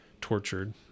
tortured